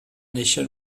néixer